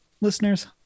listeners